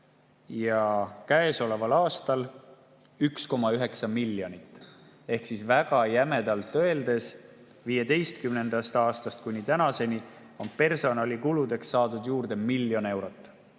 ja käesoleval aastal on 1,9 miljonit ehk väga jämedalt öeldes 2015. aastast kuni tänaseni on personalikuludeks saadud juurde miljon eurot.